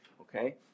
okay